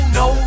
no